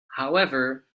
however